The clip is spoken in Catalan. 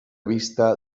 vista